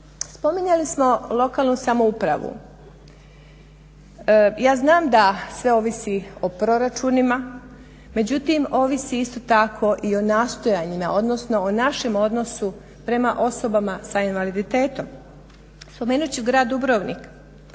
Spominjali smo lokalnu samoupravu. Ja znam da sve ovisi o proračunima, međutim ovisi isto tako i o nastojanjima, odnosno o našem odnosu prema osobama s invaliditetom. Spomenut ću grad Dubrovnik